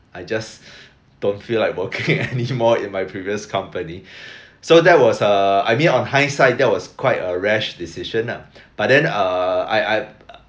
I just don't feel like working anymore in my previous company so that was uh I mean on hindsight that was quite a rash decision lah but then uh I I